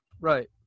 Right